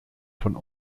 von